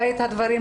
חי אותם,